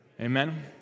Amen